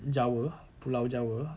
jawa pulau jawa